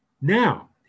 Now